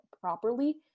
properly